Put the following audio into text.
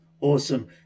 Awesome